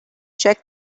check